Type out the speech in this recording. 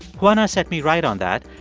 juana set me right on that,